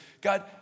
God